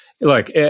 look